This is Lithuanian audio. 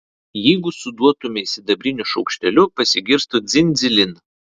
jeigu suduotumei sidabriniu šaukšteliu pasigirstų dzin dzilin